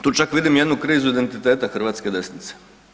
Tu čak vidim jednu krizu identiteta hrvatske desnice.